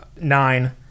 Nine